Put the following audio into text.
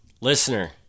listener